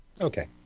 Okay